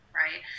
right